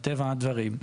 מטבע הדברים,